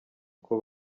uko